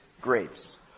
grapes